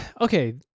okay